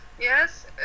yes